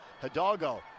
Hidalgo